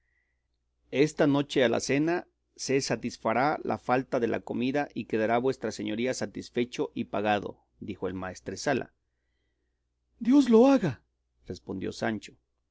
esta noche a la cena se satisfará la falta de la comida y quedará vuestra señoría satisfecho y pagado dijo el maestresala dios lo haga respondió sancho